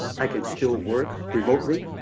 i can still work remotely.